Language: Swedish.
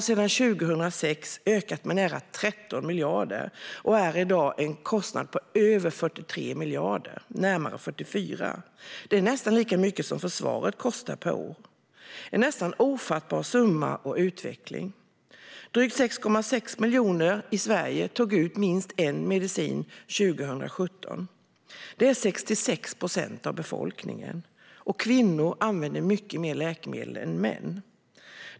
Sedan 2006 har de ökat med nära 13 miljarder och utgör i dag en kostnad på närmare 44 miljarder. Det är nästan lika mycket som försvaret kostar per år - en nästan ofattbar summa och utveckling. Drygt 6,6 miljoner personer i Sverige tog ut minst en medicin år 2017. Det är 66 procent av befolkningen. Kvinnor använder mycket mer läkemedel än män.